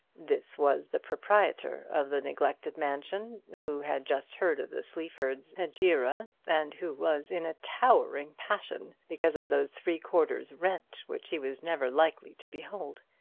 this was the proprietor of the neglected mansion, who had just heard of the sleaford hegira, and who was in a towering passion because of those three quarter's rent which he was never likely to behold.